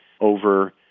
over